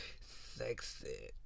sexy